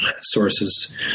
sources